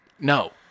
No